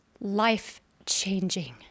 life-changing